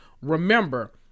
Remember